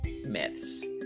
myths